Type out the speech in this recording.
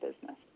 business